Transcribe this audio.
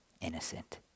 innocent